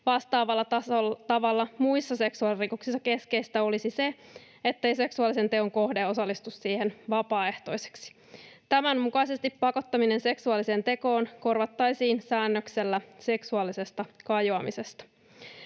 Vastaavalla tavalla muissa seksuaalirikoksissa keskeistä olisi se, ettei seksuaalisen teon kohde osallistu siihen vapaaehtoisesti. Tämän mukaisesti pakottaminen seksuaaliseen tekoon korvattaisiin säännöksellä seksuaalisesta kajoamisesta.